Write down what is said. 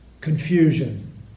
confusion